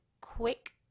quick